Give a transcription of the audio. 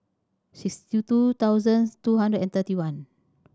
sixty two thousand two hundred and thirty one